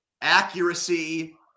accuracy